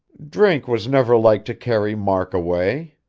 drink was never like to carry mark away.